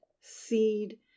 seed